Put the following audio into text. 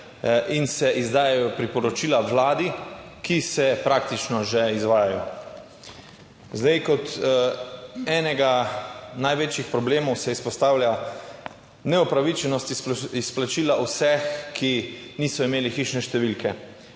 in se izdajajo priporočila vladi, ki se praktično že izvajajo. Zdaj, kot enega največjih problemov se izpostavlja neupravičenost izplačila vseh, ki niso imeli hišne številke.